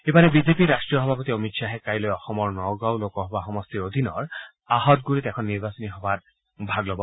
ইপিনে বিজেপিৰ ৰাষ্টীয় সভাপতি অমিত শ্বাহে কাইলৈ অসমৰ নগাঁও লোকসভা সমষ্টিৰ অধীনত আহতণ্ডৰিত এখন নিৰ্বাচনী সভাত ভাগ ল'ব